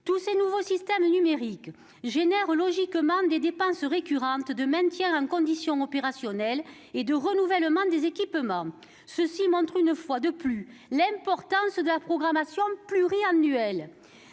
Tous ces nouveaux systèmes numériques génèrent logiquement des dépenses récurrentes pour le maintien en condition opérationnelle et le renouvellement des équipements. Cela montre une fois de plus l'importance de la programmation pluriannuelle.